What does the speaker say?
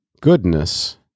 goodness